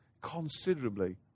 Considerably